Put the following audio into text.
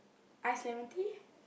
iced lemon tea